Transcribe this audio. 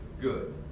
good